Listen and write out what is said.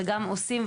וגם עושים.